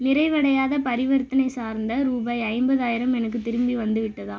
நிறைவடையாத பரிவர்த்தனை சார்ந்த ரூபாய் ஐம்பதாயிரம் எனக்குத் திரும்பி வந்துவிட்டதா